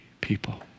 people